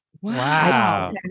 Wow